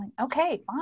okay